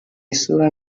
isura